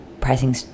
pricing